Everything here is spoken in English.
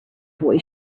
boy